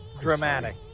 Dramatic